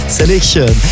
selection